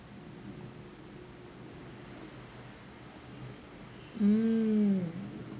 mm